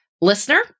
listener